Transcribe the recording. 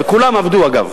וכולם עבדו, אגב.